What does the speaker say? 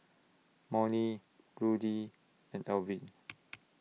Monnie Ruthie and Alvin